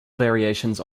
variations